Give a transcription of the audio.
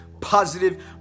positive